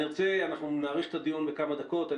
אנחנו נאריך את הדיון בכמה דקות.